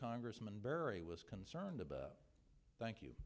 congressman berry was concerned about thank you